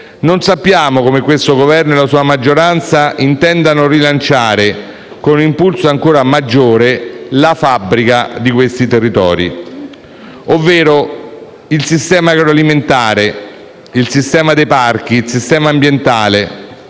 Non sappiamo come questo Governo e la sua maggioranza intendano rilanciare, con impulso ancora maggiore, la fabbrica di quei territori, ovvero il sistema agroalimentare, il sistema dei parchi, il sistema ambientale,